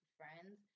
friends